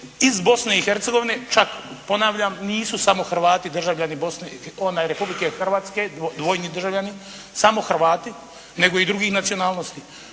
iz Bosne i Hercegovine, čak ponavljam nisu samo Hrvati državljani Republike Hrvatske, dvojni državljani, samo Hrvati, nego i drugih nacionalnosti,